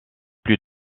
plus